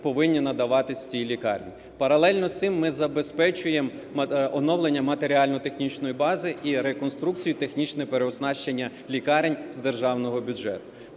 повинні надаватися в цій лікарні. Паралельно з цим ми забезпечуємо оновлення матеріально-технічної бази і реконструкцію технічного переоснащення лікарень з державного бюджету.